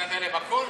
נתת להם הכול?